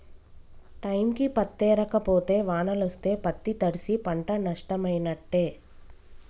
టైంకి పత్తేరక పోతే వానలొస్తే పత్తి తడ్సి పంట నట్టమైనట్టే